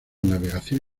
navegación